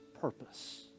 purpose